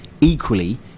Equally